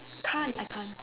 can't I can't